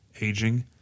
aging